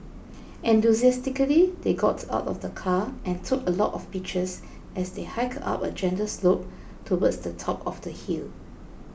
enthusiastically they got out of the car and took a lot of pictures as they hiked up a gentle slope towards the top of the hill